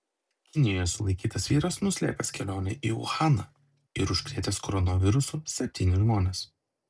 kinijoje sulaikytas vyras nuslėpęs kelionę į uhaną ir užkrėtęs koronavirusu septynis žmones